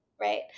Right